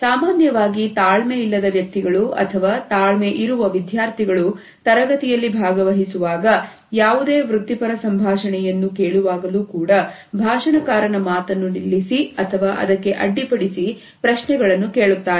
ಸಾಮಾನ್ಯವಾಗಿ ತಾಳ್ಮೆ ಇಲ್ಲದ ವಿದ್ಯಾರ್ಥಿಗಳು ಅಥವಾ ತಾಳ್ಮೆ ಇರುವ ವಿದ್ಯಾರ್ಥಿಗಳು ತರಗತಿಯಲ್ಲಿ ಭಾಗವಹಿಸುವಾಗ ಯಾವುದೇ ವೃತ್ತಿಪರ ಸಂಭಾಷಣೆಯನ್ನು ಕೇಳುವಾಗಲೂ ಕೂಡ ಭಾಷಣಕಾರನ ಮಾತನ್ನು ನಿಲ್ಲಿಸಿ ಅಥವಾ ಅದಕ್ಕೆ ಅಡ್ಡಿಪಡಿಸಿ ಪ್ರಶ್ನೆಗಳನ್ನು ಕೇಳುತ್ತಾರೆ